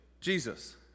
Jesus